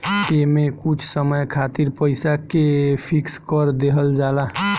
एमे कुछ समय खातिर पईसा के फिक्स कर देहल जाला